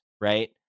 Right